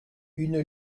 une